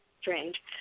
strange